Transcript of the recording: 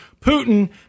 Putin